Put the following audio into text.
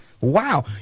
Wow